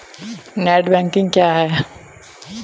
Net banking क्या है?